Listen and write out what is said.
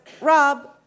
Rob